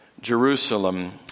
Jerusalem